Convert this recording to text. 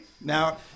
Now